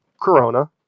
Corona